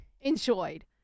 enjoyed